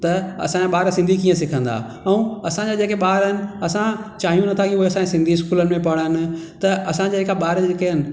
त असांजा ॿार सिंधी कीअं सिखंदा ऐं असांजा जेके ॿार आहिनि असां चाहियूं नथां कि उहे असांजे सिंधी स्कूलनि में पढ़नि त असांजा जेका ॿार जेके आहिनि